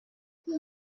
com